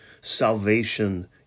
salvation